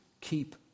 Keep